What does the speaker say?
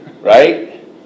right